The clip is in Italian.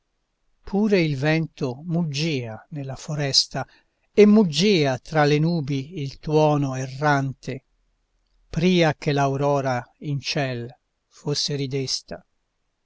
pure il vento muggìa nella foresta e muggìa tra le nubi il tuono errante pria che l'aurora in ciel fosse ridesta